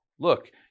Look